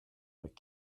but